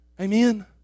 Amen